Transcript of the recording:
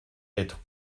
être